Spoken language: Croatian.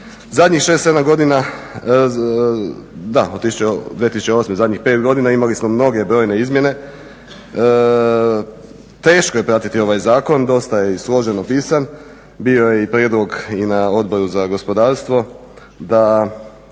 sedam godina da od 2008. zadnjih pet godina imali smo mnoge, brojne izmjene. Teško je pratiti ovaj zakon, dosta je i složeno pisan. Bio je i prijedlog i na Odboru za gospodarstvo da